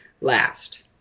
last